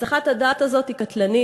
הסחת הדעת הזאת היא קטלנית,